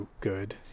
good